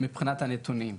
זה מבחינת הנתונים.